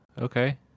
okay